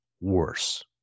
worse